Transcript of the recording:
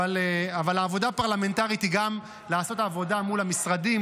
אבל עבודה פרלמנטרית היא גם לעשות עבודה מול המשרדים,